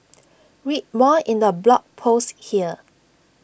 read more in the blog post here